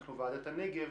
אנחנו ועדה לענייני הנגב